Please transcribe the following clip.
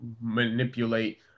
manipulate